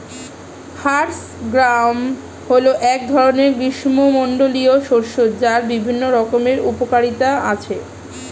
horse gram হল এক ধরনের গ্রীষ্মমণ্ডলীয় শস্য যার বিভিন্ন রকমের উপকারিতা আছে